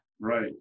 Right